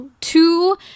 Two